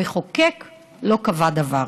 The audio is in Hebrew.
המחוקק לא קבע דבר.